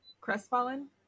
Crestfallen